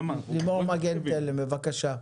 לימור מגן תלם, בבקשה.